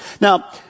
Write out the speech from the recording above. Now